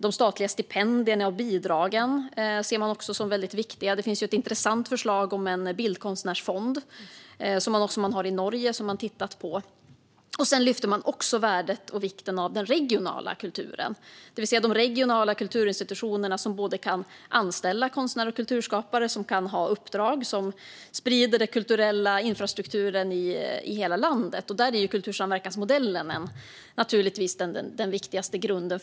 De statliga stipendierna och bidragen ser man också som mycket viktiga. Det finns ett intressant förslag om en bildkonstnärsfond, som finns i Norge, som man har tittat på. Man lyfter också fram värdet och vikten av den regionala kulturen, det vill säga de regionala kulturinstitutionerna som både kan anställa konstnärer och kulturskapare och som kan ha uppdrag som sprider den kulturella infrastrukturen i hela landet. Där är kultursamverkansmodellen naturligtvis den viktigaste grunden.